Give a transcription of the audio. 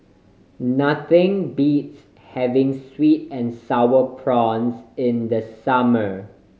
nothing beats having sweet and Sour Prawns in the summer